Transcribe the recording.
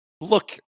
look